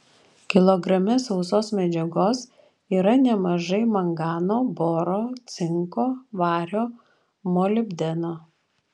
kilograme sausos medžiagos yra nemažai mangano boro cinko vario molibdeno